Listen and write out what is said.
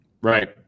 Right